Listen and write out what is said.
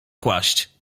kłaść